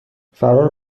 فرار